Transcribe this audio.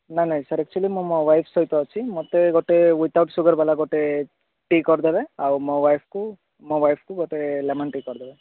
ନାହିଁ ନାହିଁ sir actually ମୁଁ ମୋ ୱାଇଫ୍ ସହିତ ଅଛି ମୋତେ ଗୋଟେ ୱିଦଆଉଟ୍ ସୁଗର୍ ୱାଲା ଗୋଟେ ଟି କରିଦେବେ ଆଉ ମୋ ୱାଇଫ୍କୁ ମୋ ୱାଇଫ୍କୁ ଗୋଟେ ଲେମନ୍ ଟି କରିଦେବେ